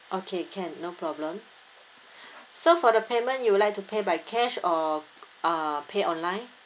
okay can no problem so for the payment you would like to pay by cash or uh pay online